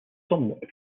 somewhat